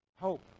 hope